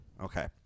Okay